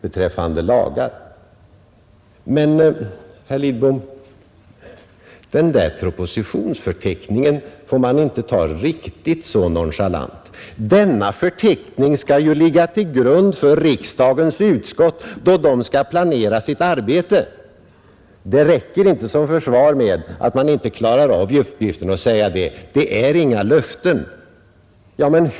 Men, herr Lidbom, den där propositionsförteckningen får man inte ta riktigt så nonchalant! Denna förteckning skall ju ligga till grund för riksdagens utskott då dessa skall planera sitt arbete. Det räcker inte som försvar för att man inte klarar av uppgiften med att säga: Detta är inga löften.